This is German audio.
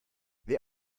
wer